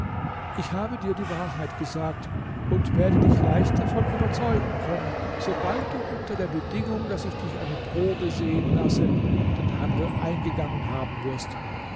ich habe dir die wahrheit gesagt und werde dich leicht davon überzeugen können sobald du unter der bedingung daß ich dich eine probe sehen lasse den handel eingegangen haben wirst